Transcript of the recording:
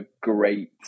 great